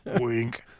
Wink